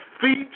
feet